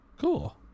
cool